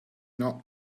not